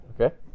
Okay